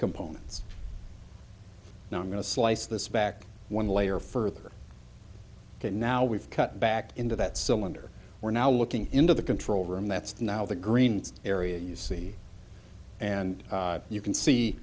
components and i'm going to slice this back one layer further ok now we've cut back into that cylinder we're now looking into the control room that's now the green area you see and you can see